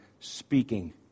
speaking